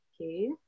Okay